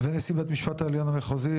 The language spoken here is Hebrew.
ונשיא בית המשפט העליון המחוזי,